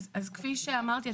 כפי שאמרתי,